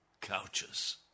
couches